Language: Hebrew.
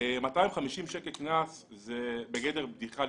250 שקלים קנס, לפעמים זה בגדר בדיחה.